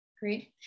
Great